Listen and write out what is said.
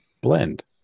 blend